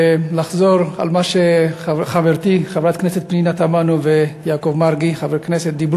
לחזור על מה שחברתי חברת הכנסת פנינה תמנו וחבר הכנסת יעקב מרגי דיברו,